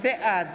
בעד